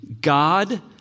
God